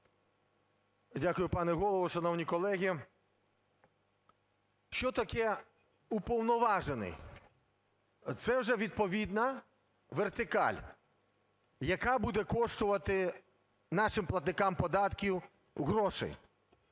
Дякую, пане Голово. Шановні колеги, що таке "уповноважений"? Це вже відповідна вертикаль, яка буде коштувати нашим платникам податків грошей.